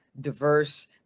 diverse